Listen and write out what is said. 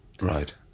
Right